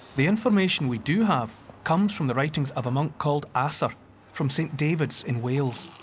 the information we do have comes from the writings of a monk called asser from st david's in wales.